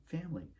family